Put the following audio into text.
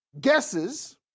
guesses